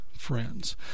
Friends